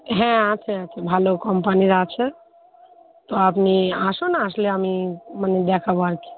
হ্যাঁ আছে আছে ভালো কোম্পানির আছে তো আপনি আসুন আসলে আমি মানে দেখাব আর কি